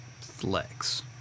Flex